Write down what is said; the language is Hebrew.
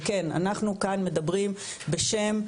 וכן אנחנו כאן מדברים בשם,